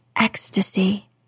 ecstasy